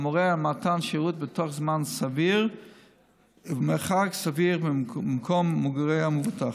המורה על מתן שירות בתוך זמן סביר ובמרחק סביר ממקום מגורי המבוטח.